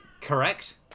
Correct